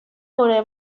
gure